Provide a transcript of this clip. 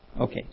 okay